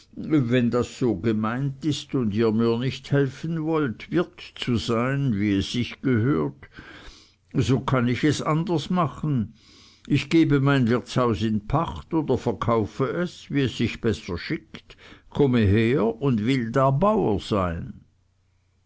wenn das so gemeint ist und ihr mir nicht helfen wollt wirt zu sein wie es sich gehört so kann ich es anders machen ich gebe mein wirtshaus in pacht oder verkaufe es wie es sich besser schickt komme her und will da bauer sein